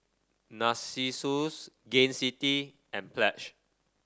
Narcissus Gain City and Pledge